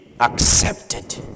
accepted